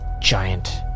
giant